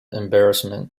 embarrassment